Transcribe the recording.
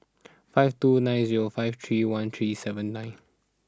five two nine zero five three one three seven nine